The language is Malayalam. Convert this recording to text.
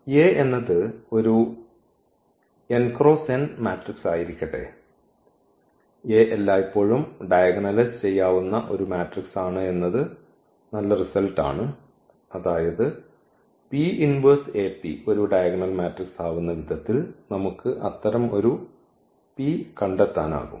അതിനാൽ A എന്നത് ഒരു മാട്രിക്സ് ആയിരിക്കട്ടെ A എല്ലായ്പ്പോഴും ഡയഗണലൈസ് ചെയ്യാവുന്ന ഒരു മാട്രിക്സ് ആണ് എന്നത് നല്ല റിസൾട്ട് ആണ് അതായത് ഈ ഒരു ഡയഗണൽ മാട്രിക്സ് ആവുന്ന വിധത്തിൽ നമുക്ക് അത്തരം ഒരു P കണ്ടെത്താനാകും